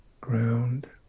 ground